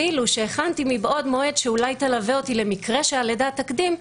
אפילו שהכנתי מבעוד מועד שאולי תלווה אותי למקרה שהלידה תקדים,